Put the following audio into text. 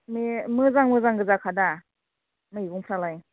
बे मोजां मोजांगोजाखा दा मैगंफ्रालाय